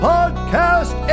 Podcast